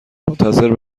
منتظر